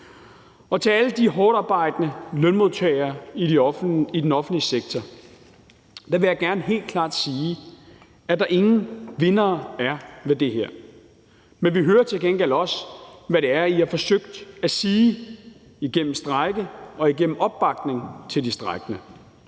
Til alle de hårdtarbejdende lønmodtagere i den offentlige sektor vil jeg gerne helt klart sige, at der ingen vindere er ved det her, men vi hører til gengæld også, hvad det er, I har forsøgt at sige igennem strejke og igennem opbakning til de strejkende.